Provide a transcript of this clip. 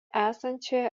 esančioje